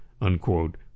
unquote